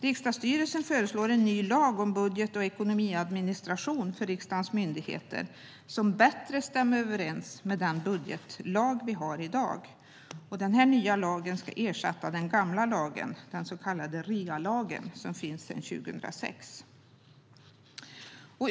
Riksdagsstyrelsen föreslår en ny lag om budget och ekonomiadministration för riksdagens myndigheter som bättre stämmer överens med den budgetlag som vi har i dag. Den nya lagen ska ersätta den gamla lagen, den så kallade REA-lagen från 2006.